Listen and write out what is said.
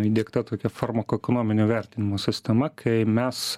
įdiegta tokia farmakoekonominio vertinimo sistema kai mes